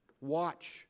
Watch